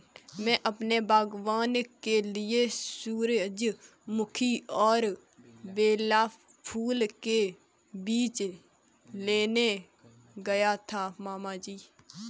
मैं अपने बागबान के लिए सूरजमुखी और बेला फूल के बीज लेने गया था मामा जी